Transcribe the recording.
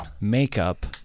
makeup